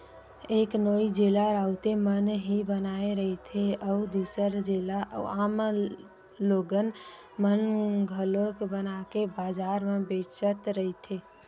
एक नोई जेला राउते मन ही बनाए रहिथे, अउ दूसर जेला आम लोगन मन घलोक बनाके बजार म बेचत रहिथे